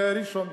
בראשון.